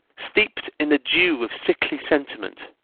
steeped in the dew of sickly sentiment,